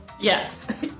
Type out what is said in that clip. Yes